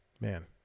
Man